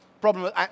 problem